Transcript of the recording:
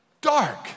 dark